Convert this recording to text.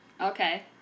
Okay